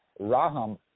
Raham